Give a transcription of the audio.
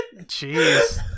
Jeez